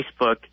Facebook